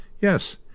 Yes